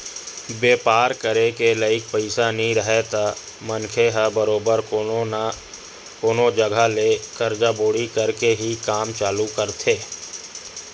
बेपार करे के लइक पइसा नइ राहय त मनखे ह बरोबर कोनो न कोनो जघा ले करजा बोड़ी करके ही काम चालू करथे